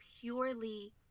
purely